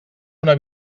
una